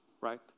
right